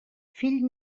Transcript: fill